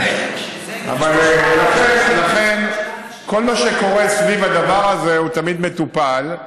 כל מה שקורה סביב הדבר הזה הוא תמיד מטופל,